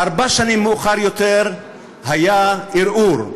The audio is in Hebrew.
ארבע שנים מאוחר יותר היה ערעור,